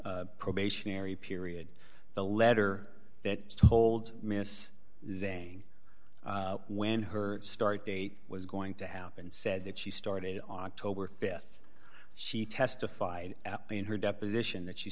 probationary period the letter that told miss zang when her start date was going to happen said that she started on october th she testified in her deposition that she